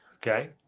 Okay